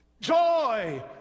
joy